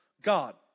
God